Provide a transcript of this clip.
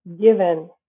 given